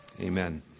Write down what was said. Amen